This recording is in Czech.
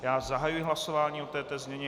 Já zahajuji hlasování o této změně.